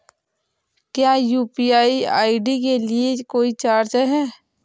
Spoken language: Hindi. क्या यू.पी.आई आई.डी के लिए कोई चार्ज है?